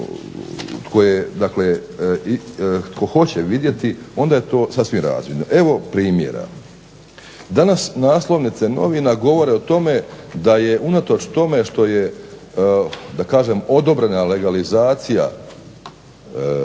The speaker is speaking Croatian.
tko hoće vidjeti onda je to sasvim razvidno. Evo primjera, danas naslovnice novina govore o tome da je unatoč tome što je odobrena legalizacija